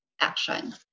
action